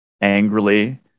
angrily